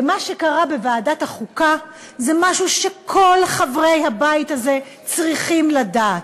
ומה שקרה בוועדת החוקה זה משהו שכל חברי הבית הזה צריכים לדעת,